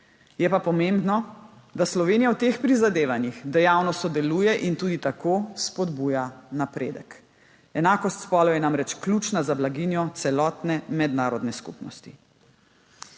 Je pa pomembno, da Slovenija v teh prizadevanjih dejavno sodeluje in tudi tako spodbuja napredek. Enakost spolov je namreč ključna za blaginjo celotne mednarodne skupnosti.